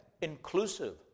Inclusive